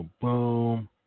boom